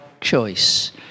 choice